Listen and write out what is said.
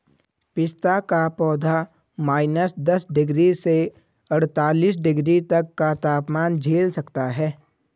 पिस्ता का पौधा माइनस दस डिग्री से अड़तालीस डिग्री तक का तापमान झेल सकता है